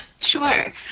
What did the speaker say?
Sure